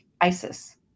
ISIS